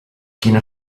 quina